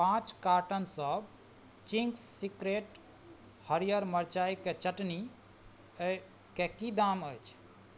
पाँच कार्टनसब चिन्ग्स सीक्रेट हरिअर मेरचाइके चटनीके कि दाम अछि